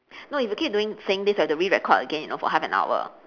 no if you keep doing saying this we have to re-record again you know for half an hour